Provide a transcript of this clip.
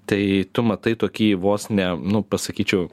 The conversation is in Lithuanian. tai tu matai tokį vos ne nu pasakyčiau